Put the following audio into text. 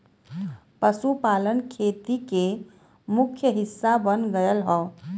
पशुपालन खेती के मुख्य हिस्सा बन गयल हौ